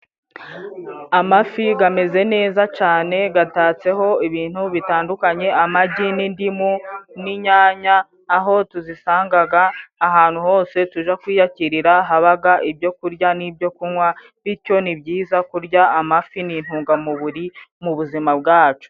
Amafi ameze neza cyane. Atatseho ibintu bitandukanye, amagi n'indimu n'inyanya, aho tuyasanga ahantu hose tujya kwiyakirira, haba ibyokurya n'ibyokunywa. Bityo ni byiza kurya amafi ni intungamubiri mu buzima bwacu.